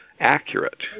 accurate